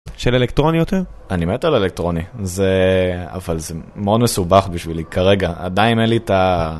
של אלקטרוני יותר? אני מת על אלקטרוני זה אבל זה מאוד מסובך בשבילי כרגע עדיין אין לי את ה…